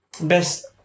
Best